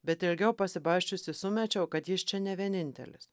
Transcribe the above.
bet ilgiau pasibasčiusi sumečiau kad jis čia ne vienintelis